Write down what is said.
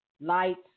lights